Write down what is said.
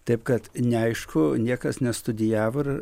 taip kad neaišku niekas nestudijavo ir